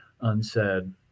unsaid